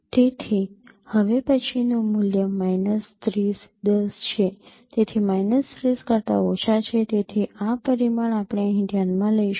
તેથી હવે પછીનું મૂલ્ય માઇનસ ૩૦ ૧૦ છે તેથી માઈનસ 30 કરતા ઓછા છે તેથી આ પરિમાણ આપણે અહીં ધ્યાનમાં લઈશું